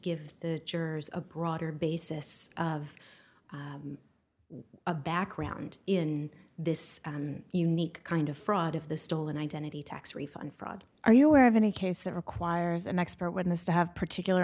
give the jurors a broader basis of a background in this unique kind of fraud of the stolen identity tax refund fraud are you aware of any case that requires an expert witness to have particular